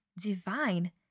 Divine